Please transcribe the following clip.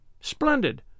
Splendid